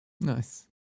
Nice